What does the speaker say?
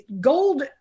gold